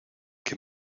que